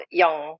young